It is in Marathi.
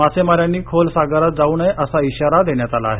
मासेमा यांनी खोल सागरात जाऊ नये असा इशारा देण्यात आला आहे